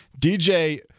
DJ